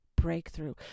breakthrough